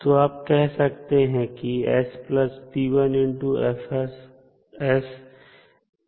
तो आप कह सकते हैं कि होगा